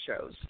shows